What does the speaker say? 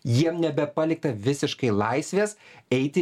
jiem nebepalikta visiškai laisvės eiti